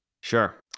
Sure